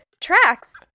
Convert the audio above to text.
tracks